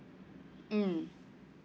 mm